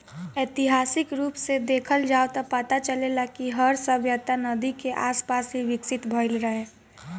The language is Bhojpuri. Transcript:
ऐतिहासिक रूप से देखल जाव त पता चलेला कि हर सभ्यता नदी के आसपास ही विकसित भईल रहे